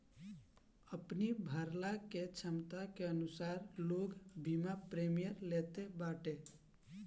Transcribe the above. अपनी भरला के छमता के अनुसार लोग बीमा प्रीमियम लेत बाटे